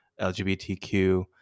LGBTQ